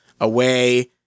away